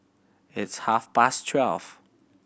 its half past twelve